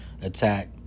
attack